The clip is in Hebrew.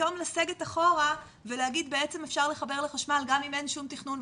שפתאום לסגת אחורה ולהגיד בעצם אפשר לחבר לחשמל גם אם אין שום תכנון,